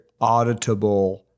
auditable